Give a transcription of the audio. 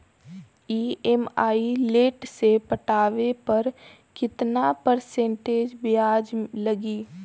EMI late से पटावे पर कितना परसेंट ब्याज लगी?